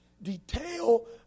Detail